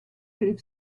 have